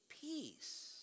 peace